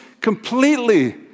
completely